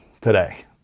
today